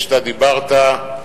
כשאתה דיברת,